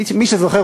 מי שזוכר,